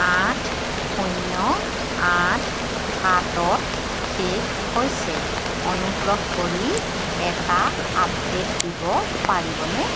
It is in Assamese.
আঠ শূন্য আঠ সাতত শেষ হৈছে অনুগ্ৰহ কৰি এটা আপডে'ট দিব পাৰিবনে